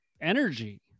energy